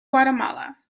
guatemala